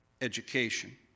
education